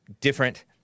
different